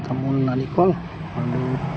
তামোল নাৰিকল আৰু